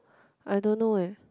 I don't know eh